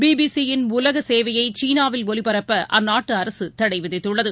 BBC யின் உலகசேவையைசீனாவில் ஒலிபரப்பஅந்நாட்டுஅரசுதடைவிதித்துள்ளது